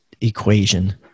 equation